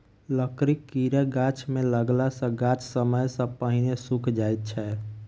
लकड़ीक कीड़ा गाछ मे लगला सॅ गाछ समय सॅ पहिने सुइख जाइत छै